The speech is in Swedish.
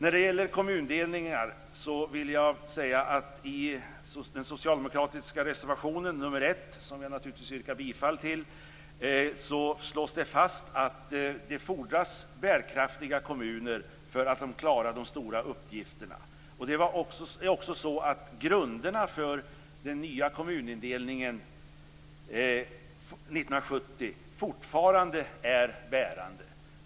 När det gäller kommundelningar vill jag säga att i den socialdemokratiska reservationen 1, som jag naturligtvis yrkar bifall till, slås det fast att det fordras bärkraftiga kommuner för att klara de stora uppgifterna. Det är också så att grunderna för den nya kommunindelningen 1970 fortfarande är bärande.